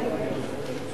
ההתקדמות,